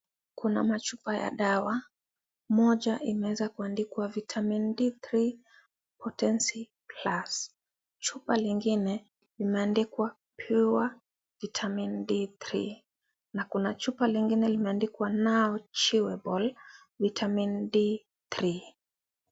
Kuna machupa ya dawa, moja imeweza kuandikwa 'Vitamin D3 Potency Plus', chupa lingine limeandikwa 'Pure Vitamin D3' na kuna chupa lingine limeandikwa 'Now Chewable Vitamin D3'